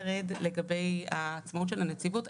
ורד לגבי העצמאות של הנציבות.